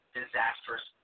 disastrous